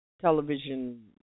television